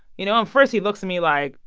you know? and first he looks at me like,